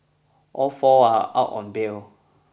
all four are out on bail